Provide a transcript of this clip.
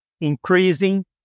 increasing